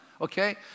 okay